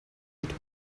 eat